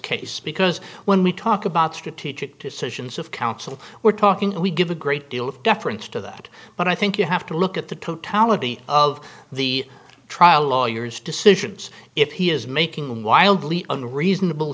case because when we talk about strategic decisions of counsel we're talking we give a great deal of deference to that but i think you have to look at the totality of the trial lawyers decisions if he is making wildly unreasonable